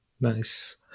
Nice